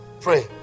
Pray